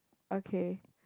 okay